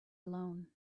alone